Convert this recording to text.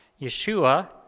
Yeshua